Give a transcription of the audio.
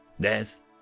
Death